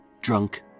drunk